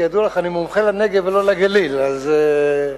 כידוע לך, אני מומחה לנגב ולא לגליל, אז,